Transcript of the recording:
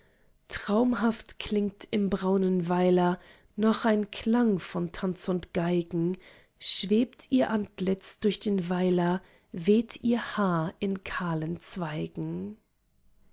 traumhaft klingt im braunen weiler nach ein klang von tanz und geigen schwebt ihr antlitz durch den weiler weht ihr haar in kahlen zweigen